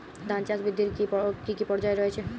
ধান চাষ বৃদ্ধির কী কী পর্যায় রয়েছে?